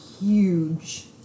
huge